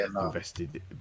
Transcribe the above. invested